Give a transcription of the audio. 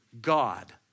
God